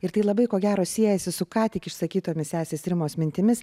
ir tai labai ko gero siejasi su ką tik išsakytomis sesės rimos mintimis